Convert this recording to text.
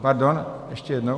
Pardon, ještě jednou?